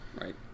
Right